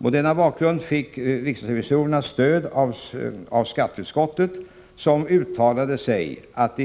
Mot denna bakgrund fick riksdagsrevisorerna stöd av skatteutskottet, som uttalade att